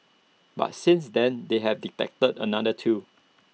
but since then they have detected another two